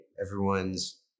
everyone's